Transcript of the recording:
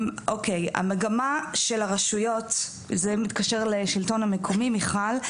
המגמה של הרשויות, זה מתקשר לשלטון המקומי מיכל.